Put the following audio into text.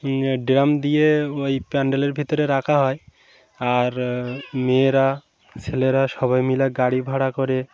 drum দিয়ে ওই প্যান্ডেলের ভিতরে রাখা হয় আর মেয়েরা ছেলেরা সবাই মিলে গাড়ি ভাড়া করে